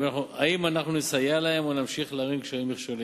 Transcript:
האם אנחנו נסייע להם או נמשיך להערים קשיים ומכשולים?